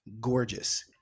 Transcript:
gorgeous